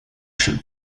尺寸